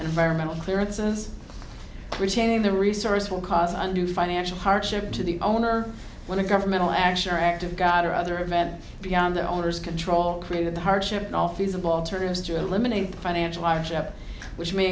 environmental clearances retaining the resource will cause undue financial hardship to the owner when a governmental action or an act of god or other event beyond the owner's control created the hardship and all feasible alternatives to eliminate the financial hardship which may